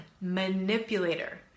manipulator